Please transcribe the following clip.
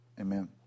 Amen